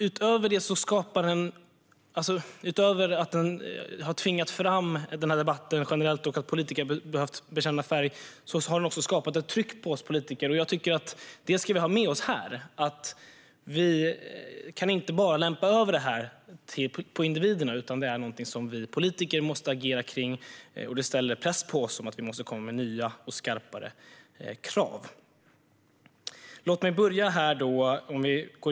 Utöver att den här debatten generellt har tvingat politiker att bekänna färg har den också skapat ett tryck på oss politiker. Detta tycker jag att vi ska ha med oss här. Vi kan inte bara lämpa över det här på individerna, utan det är någonting som vi politiker måste agera kring. Det sätter press på oss. Vi måste komma med nya och skarpare krav. Vi går in på sakfrågan.